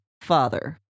father